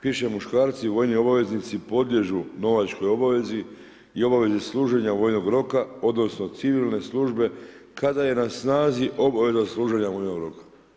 Piše muškarci, vojni obavezanici, podliježu novačkoj obavezi i obavezi služenju vojnog roka, odnosno, civilne službe, kada je na snazi obaveza služenja vojnog roka.